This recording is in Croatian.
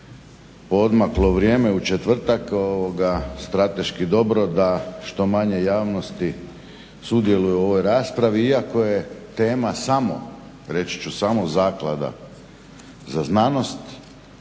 poodmaklo vrijeme u četvrtak, strateški dobro da što manje javnosti sudjeluje u ovoj raspravi iako je tema samo, reći ću samo Zaklada za znanost.